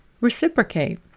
reciprocate